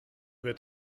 wird